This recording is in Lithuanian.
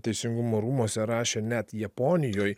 teisingumo rūmuose rašė net japonijoj